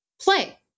play